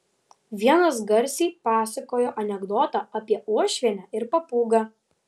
vienas garsiai pasakojo anekdotą apie uošvienę ir papūgą